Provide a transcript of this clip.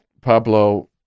Pablo